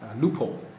loophole